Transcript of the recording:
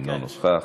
אינו נוכח.